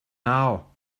now